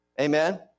Amen